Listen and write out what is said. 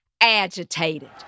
agitated